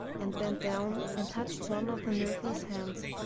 and bent down and touched one of the nerveless hands.